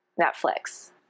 Netflix